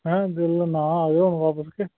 ਹੈਂ ਦਿਲ ਨਾ ਆ ਜੋ